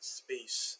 space